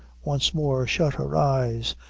once more shut her eyes,